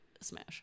smash